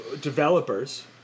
developers